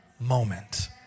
moment